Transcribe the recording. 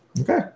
okay